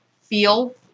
feel